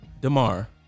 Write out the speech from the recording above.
DeMar